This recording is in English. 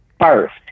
first